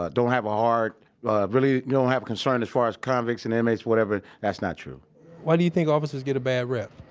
ah don't have a heart really don't have a concern as far as convicts and inmates, whatever. that's not true why do you think officers get a bad rep?